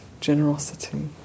generosity